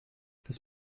das